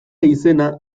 izena